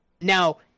Now